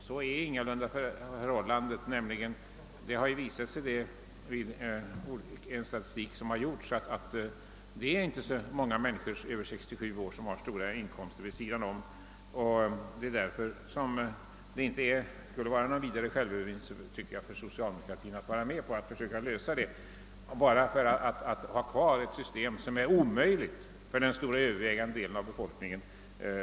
Företagna undersökningar har emellertid visat att det inte är många människor över 67 år som har stora inkomster vid sidan av folkpensionen. Jag tycker därför inte att det skulle behöva innebära någon större självövervinnelse för socialdemokraterna att ansluta sig till vårt förslag, jämfört med att ha kvar ett system som är omöjligt för den övervägande delen av befolkningen.